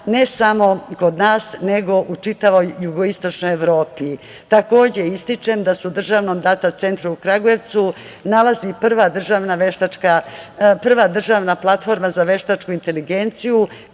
ne samo kod nas, nego u čitavoj Jugoistočnoj Evropi. Takođe ističem da se u Državno data centru u Kragujevcu nalazi prva državna platforma za veštačku inteligenciju